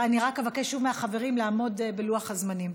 אני רק אבקש שוב מהחברים לעמוד בלוח הזמנים.